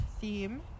theme